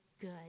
good